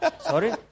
sorry